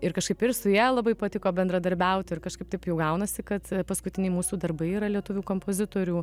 ir kažkaip ir su ja labai patiko bendradarbiauti ir kažkaip taip jau gaunasi kad paskutiniai mūsų darbai yra lietuvių kompozitorių